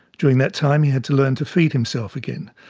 during that time he had to learn to feed himself again.